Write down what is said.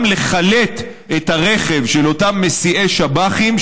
גם לחלט את הרכב של אותם מסיעי שב"חים,